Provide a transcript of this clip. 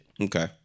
Okay